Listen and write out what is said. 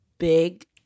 big